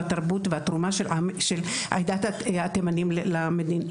את התרבות ואת התרומה של עדת התימנים למדינה.